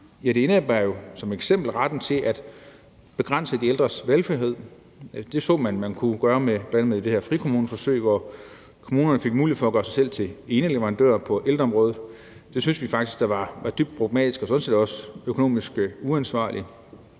det indebærer jo f.eks. retten til at begrænse de ældres valgfrihed. Det så man at man kunne gøre med bl.a. det her frikommuneforsøg, hvor kommunerne fik mulighed for at gøre sig selv til eneleverandør på ældreområdet. Det synes vi faktisk er dybt problematisk og sådan set også økonomisk uansvarligt.